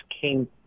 came